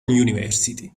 university